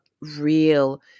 real